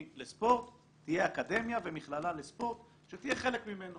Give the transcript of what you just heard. לספורט תהיה אקדמיה ומכללה לספורט שתהיה חלק ממנו